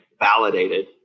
validated